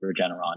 Regeneron